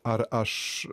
ar aš